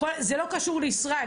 זה לא קשור לישראל,